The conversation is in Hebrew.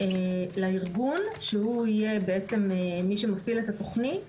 לארגון שהוא יהיה בעצם מי שמפעיל את התוכנית